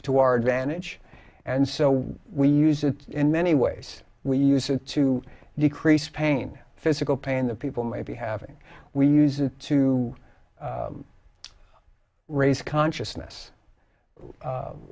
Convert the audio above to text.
to our advantage and so when we use it in many ways we use it to decrease pain physical pain that people may be having we use it to raise consciousness